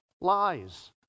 lies